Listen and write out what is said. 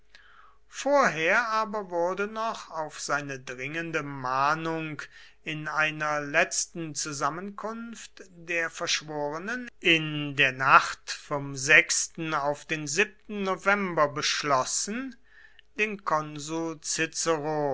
vorher aber wurde noch auf seine dringende mahnung in einer letzten zusammenkunft der verschworenen in der nacht vom auf den november beschlossen den konsul